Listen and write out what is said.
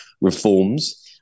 reforms